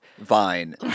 Vine